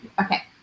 Okay